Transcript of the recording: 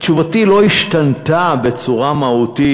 תשובתי לא השתנתה בצורה מהותית,